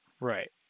Right